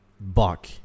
buck